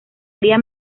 haría